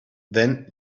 then